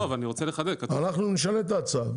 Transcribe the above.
אנחנו נשנה את ההצעה.